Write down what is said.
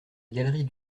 galerie